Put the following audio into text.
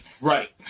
Right